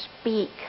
speak